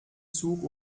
zug